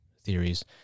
theories